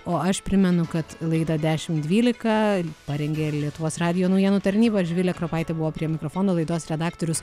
o aš primenu kad laidą dešimt dvylika parengė lietuvos radijo naujienų tarnyba živilė kropaitė buvo prie mikrofono laidos redaktorius